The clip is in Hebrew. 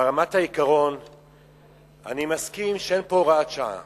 ברמת העיקרון אני מסכים שאין פה הוראת שעה